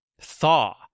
Thaw